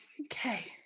okay